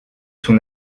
son